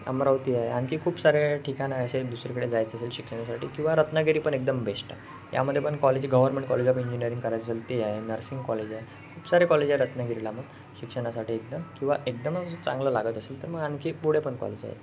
अमरावती आहे आणखी खूप सारे ठिकाण आहे असे दुसरीकडे जायचं असेल शिक्षणासाठी किंवा रत्नागिरी पण एकदम बेस्ट आहे यामध्ये पण college government college of engineering करायचं झालं ते आहे नर्सिंग कॉलेज आहे खूप सारे कॉलेज आहे रत्नागिरीला मग शिक्षणासाठी एकदम किंवा एकदमच चांगलं लागत असेल तर मग आणखी पुढे पण कॉलेज आहेत